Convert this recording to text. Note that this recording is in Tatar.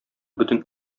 бөтен